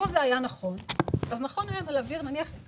לו זה היה נכון אז היה נכון להעביר את כל